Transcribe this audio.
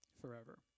forever